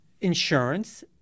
insurance